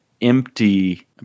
empty